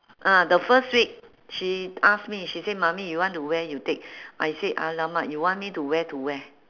ah the first week she ask me she say mummy you want to wear you take I say !alamak! you want me to wear to where